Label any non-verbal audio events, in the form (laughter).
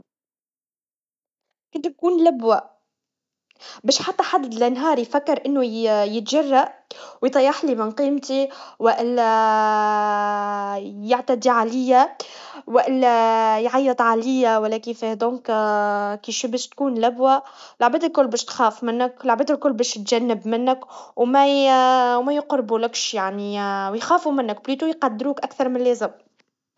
كنت بكون لبوا, بش حتى حدد لنهار يفكر إنه يتجرأ, ويطيحلي من قيمتي, وإلا (hesitation) يعتدي عليا, وإلا يعيط عليا, ولا كيف هدونكا, كي شي باش تكون لبوا, العباد الكل باش تخاف منك, العباد الكل باش تتجنب منك, وماي- وميقربولكش يعني, ويخافوا منك, بيدوا يقدروك أكثر من اللي زبل.